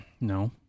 No